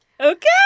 Okay